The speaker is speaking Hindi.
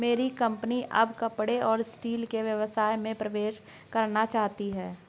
मेरी कंपनी अब कपड़े और स्टील के व्यवसाय में प्रवेश करना चाहती है